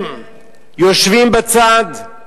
הם יושבים בצד,